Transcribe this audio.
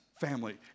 family